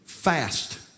fast